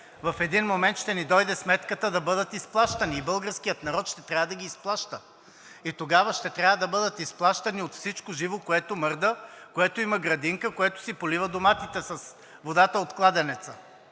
ли не, ще ни дойде сметката да бъдат изплащани. Българският народ ще трябва да ги изплаща и тогава ще трябва да бъдат изплащани от всичко живо, което мърда, което има градинка, което си полива доматите с водата от кладенеца,